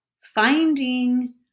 Finding